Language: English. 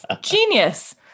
genius